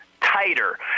tighter